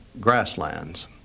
grasslands